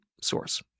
source